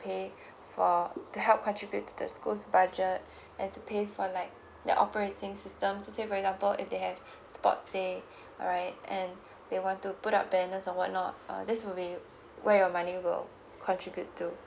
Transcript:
pay for to help contribute to the school's goes budget and to pay for like the operating system just say for example if they have sports day alright and they want to put up banners or what not uh this will be where your money go contribute to